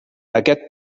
aquest